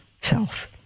self